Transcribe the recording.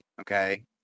Okay